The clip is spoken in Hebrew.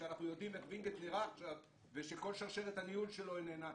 כשאנחנו יודעים איך וינגייט נראה עכשיו ושכל שרשרת הניהול שלו איננה,